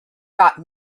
got